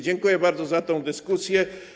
Dziękuję bardzo za tę dyskusję.